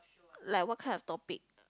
like what kind of topic